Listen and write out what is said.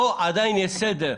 פה עדיין יש סדר.